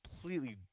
completely